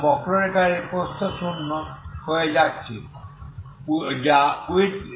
এবং এই বক্ররেখার এই প্রস্থ শূন্য হয়ে যাচ্ছে যা width→0